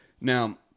Now